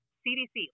cdc